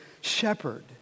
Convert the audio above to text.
shepherd